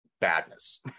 badness